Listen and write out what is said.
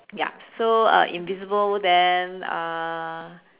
ya so uh invisible then uh